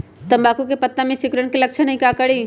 तम्बाकू के पत्ता में सिकुड़न के लक्षण हई का करी?